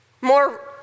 more